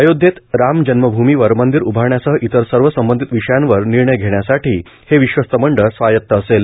अयोध्येत राम जन्मभूमीवर मंदीर उभारण्यासह इतर सर्व संबंधित विषयांवर निर्णय घेण्यासाठी हे विश्वस्तमंडळ स्वायत्त असेल